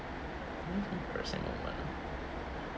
mmhmm percent of money